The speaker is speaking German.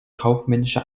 kaufmännische